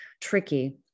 tricky